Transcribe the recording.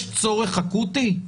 יש צורך אקוטי?